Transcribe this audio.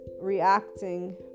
reacting